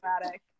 dramatic